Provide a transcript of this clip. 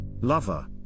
Lover